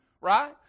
Right